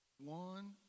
One